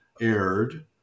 aired